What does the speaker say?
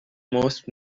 most